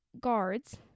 guards